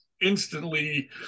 instantly